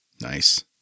Nice